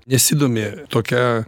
nesidomi tokia